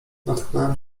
natknąłem